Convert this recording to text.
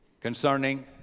concerning